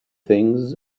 things